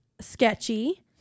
sketchy